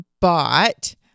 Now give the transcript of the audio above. bought